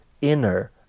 inner